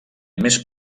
més